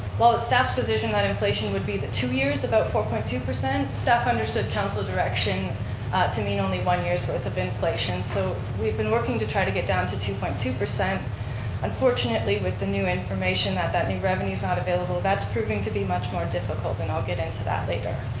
while the staff's position, that inflation would be the two years, about four point two. staff understood council direction to mean only one year's worth of inflation so we've been working to try to get down to two point two. unfortunately, with the new information that that new revenue's not available, that's proving to be much more difficult and i'll get into that later.